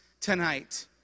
tonight